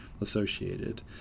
associated